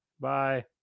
Bye